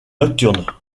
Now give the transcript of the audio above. nocturne